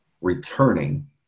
returning